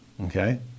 Okay